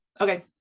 Okay